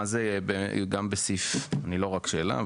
מה זה גם בסעיף, לא רק שאלה.